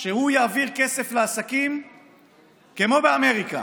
שהוא יעביר כסף לעסקים כמו באמריקה.